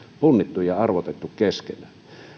punnittu ja arvotettu keskenään